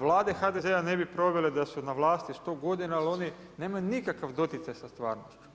Vlade HDZ-a ne bi provele da su na vlasti 100 g. jer oni nemaju nikakav doticaj sa stvarnošću.